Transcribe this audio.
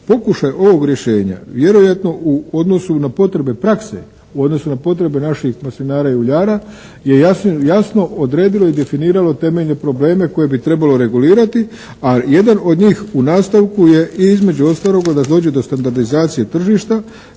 pokušaj ovog rješenja vjerojatno u odnosu na potrebe prakse u odnosu na potrebe naših maslinara i uljara je jasno odredilo i definiralo temeljne probleme koje bi trebalo regulirati. A jedan od njih u nastavku je i između ostaloga da dođe do standardizacije tržišta